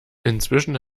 inzwischen